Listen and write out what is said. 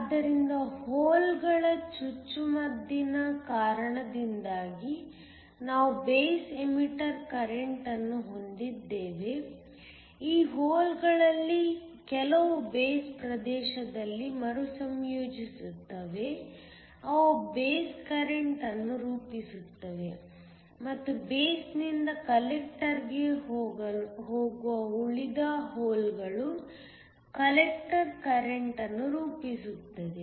ಆದ್ದರಿಂದ ಹೋಲ್ಗಳ ಚುಚ್ಚುಮದ್ದಿನ ಕಾರಣದಿಂದಾಗಿ ನಾವು ಬೇಸ್ ಎಮಿಟರ್ ಕರೆಂಟ್ ಅನ್ನು ಹೊಂದಿದ್ದೇವೆ ಈ ಹೋಲ್ಗಳಲ್ಲಿ ಕೆಲವು ಬೇಸ್ ಪ್ರದೇಶದಲ್ಲಿ ಮರುಸಂಯೋಜಿಸುತ್ತವೆ ಅವು ಬೇಸ್ ಕರೆಂಟ್ ಅನ್ನು ರೂಪಿಸುತ್ತವೆ ಮತ್ತು ಬೇಸ್ನಿಂದ ಕಲೆಕ್ಟರ್ಗೆ ಹೋಗುವ ಉಳಿದ ಹೋಲ್ಗಳು ಕಲೆಕ್ಟರ್ ಕರೆಂಟ್ ಅನ್ನು ರೂಪಿಸುತ್ತವೆ